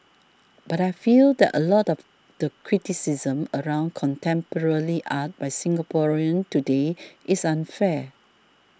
but I feel that a lot of the criticism around contemporary art by Singaporeans today is unfair